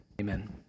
Amen